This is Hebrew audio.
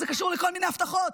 זה קשור לכל מיני הבטחות.